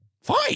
fine